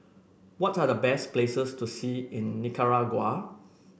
what are the best places to see in Nicaragua